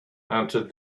answered